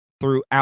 throughout